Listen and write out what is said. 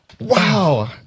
Wow